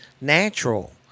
natural